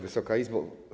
Wysoka Izbo!